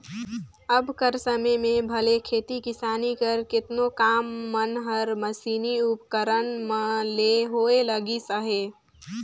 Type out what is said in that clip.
अब कर समे में भले खेती किसानी कर केतनो काम मन हर मसीनी उपकरन मन ले होए लगिस अहे